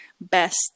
best